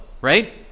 right